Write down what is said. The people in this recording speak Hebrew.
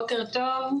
בוקר טוב.